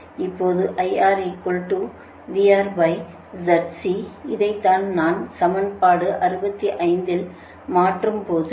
இப்போது இதை நான் சமன்பாடு 65 இல் மாற்றும் போது